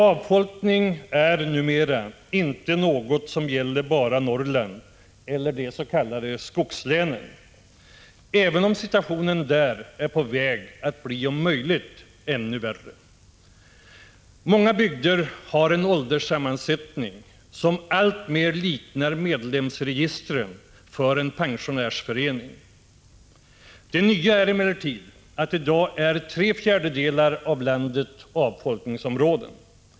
Avfolkning är numera inte något som gäller bara Norrland eller de s.k. skogslänen, även om situationen där är på väg att bli om möjligt ännu värre. Många bygder har en ålderssammansättning som alltmer liknar medlemsregistren för en pensionärsförening. Det nya är emellertid att i dag är tre fjärdedelar av landet avfolkningsområden.